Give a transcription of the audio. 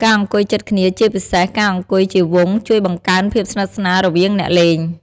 ការអង្គុយជិតគ្នា ជាពិសេសការអង្គុយជាវង់ ជួយបង្កើនភាពស្និទ្ធស្នាល រវាងអ្នកលេង។